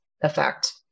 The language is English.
effect